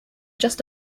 just